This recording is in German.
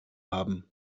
haben